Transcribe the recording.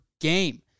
game